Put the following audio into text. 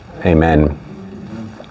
Amen